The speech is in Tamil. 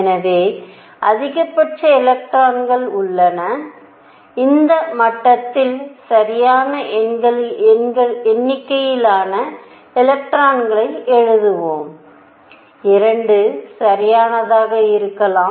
எனவே அதிகபட்ச எலக்ட்ரான்கள் உள்ளன இந்த மட்டத்தில் சரியான எண்ணிக்கையிலான எலக்ட்ரான்களை எழுதுவோம் 2 சரியானதாக இருக்கலாம்